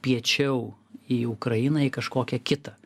piečiau į ukrainą į kažkokią kitą